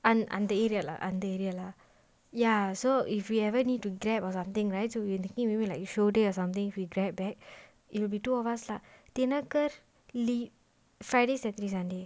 அந்த:antha area lah அந்த:antha area lah ya so if you ever need to grab or something right so we were thinking show day or something right if you grab back it'll be two of us lah thinakar lee friday saturday sunday